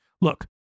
Look